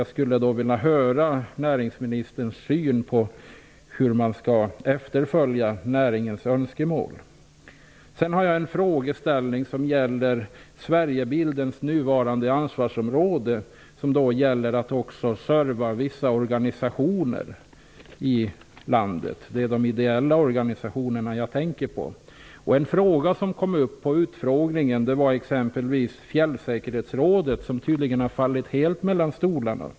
Jag skulle vilja höra hur näringsministern ser på dessa önskemål från näringen. Jag vill också ställa en fråga om det nuvarande ansvarsområdet för Styrelsen för Sverigeinformation, som även skall ge service åt vissa ideella organisationer i vårt land. Under utfrågningen nämndes att Fjällsäkerhetsrådet tydligen helt har fallit mellan stolarna.